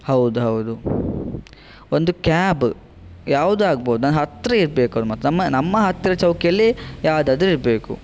ಹೌದ್ಹೌದು ಒಂದು ಕ್ಯಾಬ್ ಯಾವುದು ಆಗ್ಬೋದು ನನ್ನ ಹತ್ತಿರ ಇರಬೇಕು ಅದು ಮತ್ತು ನಮ್ಮ ನಮ್ಮ ಹತ್ತಿರ ಚೌಕಿಯಲ್ಲಿ ಯಾವುದಾದರೂ ಇರಬೇಕು